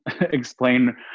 explain